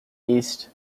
east